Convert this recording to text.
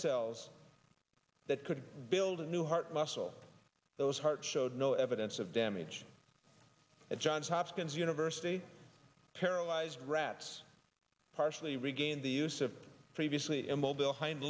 cells that could build a new heart muscle those heart showed no evidence of damage at johns hopkins university paralyzed rats partially regain the use of previously immobile hind